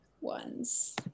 ones